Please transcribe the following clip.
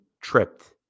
tripped